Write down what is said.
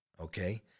okay